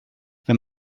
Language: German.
wenn